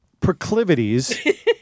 proclivities